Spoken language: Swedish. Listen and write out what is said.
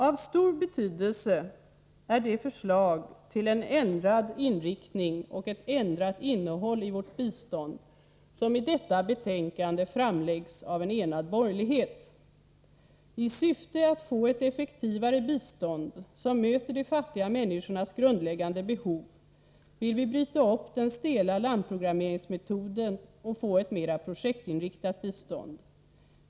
Av stor betydelse är de förslag till en ändrad inriktning och ett ändrat innehåll i vårt bistånd som i detta betänkande framläggs av en enad borgerlighet. I syfte att få ett effektivare bistånd som möter de fattiga människornas grundläggande behov vill vi bryta upp den stela landprogrammeringsmetoden och få ett mera projektinriktat bistånd.